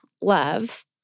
love